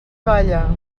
balla